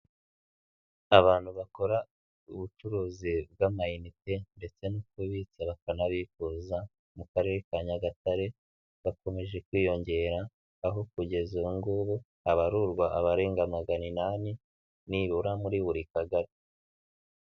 Abantu bakora ubucuruzi bw'amainite ndetse no kubitsa bakanabifuza, mu Karere ka Nyagatare bakomeje kwiyongera, aho kugeza ubungubu habarurwa abarenga magana inani, nibura muri buri kagari.